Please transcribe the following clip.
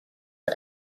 are